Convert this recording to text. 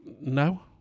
no